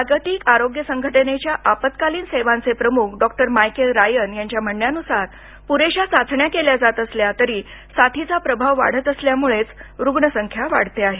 जागतिक आरोग्य संघटनेच्या आपत्कालीन सेवांचे प्रमुख डॉक्टर मायकेल रायन यांच्या म्हणण्यानुसार पुरेशा चाचण्या केल्या जात असल्या तरी साथीचा प्रभाव वाढत असल्यामुळेच रुग्णसंख्या वाढते आहे